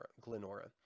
Glenora